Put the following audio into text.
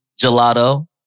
gelato